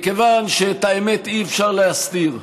מכיוון שאת האמת אי-אפשר להסתיר,